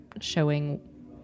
showing